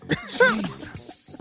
Jesus